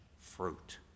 fruit